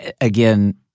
Again